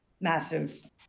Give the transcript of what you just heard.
massive